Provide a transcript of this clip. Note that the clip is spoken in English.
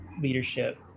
leadership